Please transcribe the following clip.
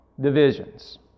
divisions